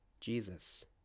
Jesus